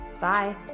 Bye